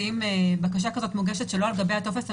שאם בקשה כזו מוגשת שלא על גבי הטופס הנדרש,